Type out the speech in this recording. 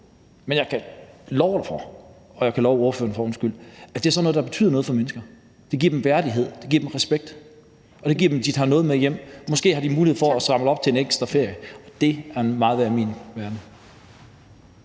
ikke kan måle på. Men jeg kan love ordføreren for, at det er sådan noget, der betyder noget for mennesker. Det giver dem værdighed, og det giver dem respekt, og de tager noget med hjem. Måske har de mulighed for at spare op til en ekstra ferie, og det er meget værd i min verden.